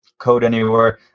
CodeAnywhere